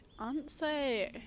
answer